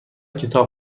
کتاب